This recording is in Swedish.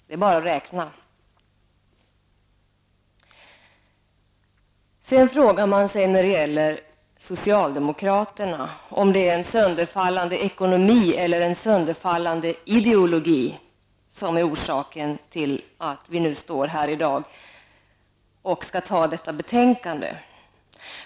Det är bara att räkna. När det gäller socialdemokraterna frågar man sig om det är en sönderfallande ekonomi eller en sönderfallande ideologi som är orsaken till att vi nu står här i dag och skall besluta.